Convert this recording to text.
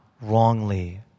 wrongly